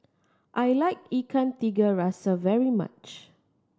I like Ikan Tiga Rasa very much